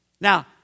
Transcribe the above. Now